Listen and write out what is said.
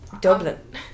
Dublin